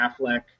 Affleck